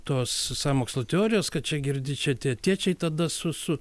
tos sąmokslo teorijos kad čia girdi čia tie tėčiai tada su su